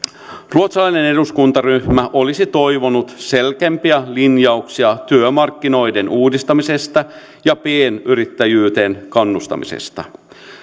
ruotsalainen eduskuntaryhmä olisi toivonut selkeämpiä linjauksia työmarkkinoiden uudistamisesta ja pienyrittäjyyteen kannustamisesta